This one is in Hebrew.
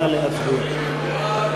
נא להצביע.